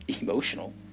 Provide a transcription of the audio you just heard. emotional